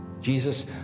Jesus